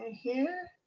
here.